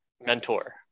mentor